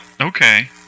Okay